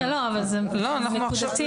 זה נקודתי.